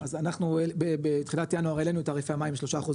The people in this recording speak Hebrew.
אז אנחנו בתחילת ינואר העלינו את תעריפי המים ב-3.5%,